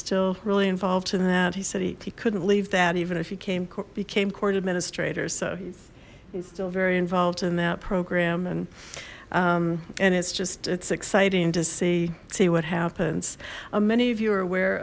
still really involved in that he said he couldn't leave that even if he came became court administrator's so he's he's still very involved in that program and and it's just it's exciting to see see what happens many of you are aware